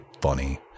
funny